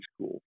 school